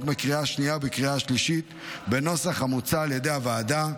בקריאה השנייה ובקריאה השלישית בנוסח המוצע על ידי הוועדה.